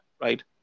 Right